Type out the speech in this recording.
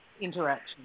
interaction